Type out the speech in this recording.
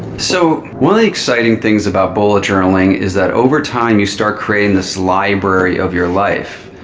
so one of the exciting things about bullet journaling is that over time you start creating this library of your life.